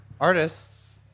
artists